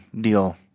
deal